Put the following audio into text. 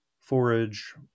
forage